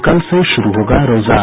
कल से शुरू होगा रोजा